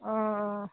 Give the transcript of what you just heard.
অঁ অঁ